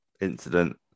incident